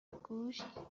گوشت